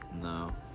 No